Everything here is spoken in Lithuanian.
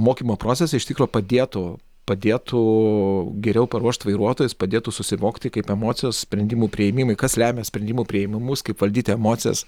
mokymo procese iš tikro padėtų padėtų geriau paruošt vairuotojus padėtų susivokti kaip emocijos sprendimų priėmimai kas lemia sprendimų priėmimus kaip valdyti emocijas